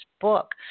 book